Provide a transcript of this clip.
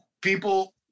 people